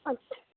اچھا